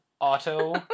Auto